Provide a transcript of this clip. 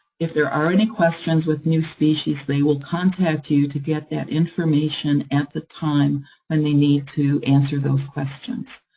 if there are any questions with new species, they will contact you to get that information, at the time when they need to answer those questions.